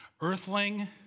earthling